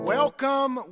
Welcome